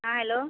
हाँ हैलो